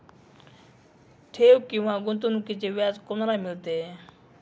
ठेव किंवा गुंतवणूकीचे व्याज कोणाला मिळते?